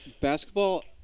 Basketball